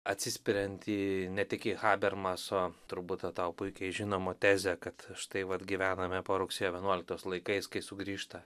atsispiriant į ne tik į habermaso turbūt tau puikiai žinomą tezę kad štai vat gyvename po rugsėjo vienuoliktos laikais kai sugrįžta